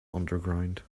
underground